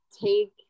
take